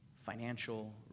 financial